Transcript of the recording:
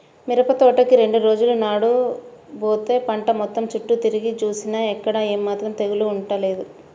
మిరపతోటకి రెండు రోజుల నాడు బోతే పంట మొత్తం చుట్టూ తిరిగి జూసినా ఎక్కడా ఏమాత్రం తెగులు అంటలేదు